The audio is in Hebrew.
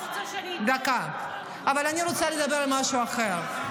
אבל אני רוצה לדבר על משהו אחר.